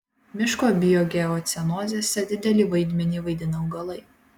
miško biogeocenozėse didelį vaidmenį vaidina augalai